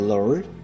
Lord